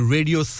Radio